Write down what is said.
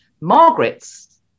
Margaret's